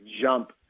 jump